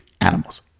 animals